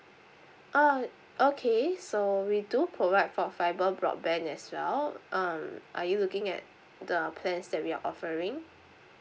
uh okay so we do provide for fiber broadband as well um are you looking at the plans that we are offering